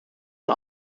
aan